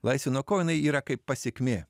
laisvė nuo ko jinai yra kaip pasekmė